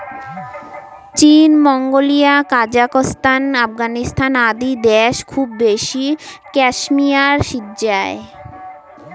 চীন, Mongolia, Kazakhstan, Afghanistan আদি দ্যাশ খুব বেশি ক্যাশমেয়ার সিজ্জায়